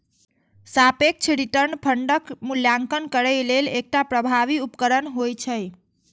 सापेक्ष रिटर्न फंडक मूल्यांकन करै लेल एकटा प्रभावी उपकरण होइ छै